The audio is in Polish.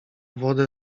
wodę